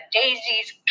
daisies